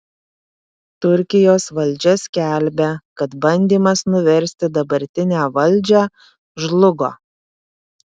turkijos valdžia skelbia kad bandymas nuversti dabartinę valdžią žlugo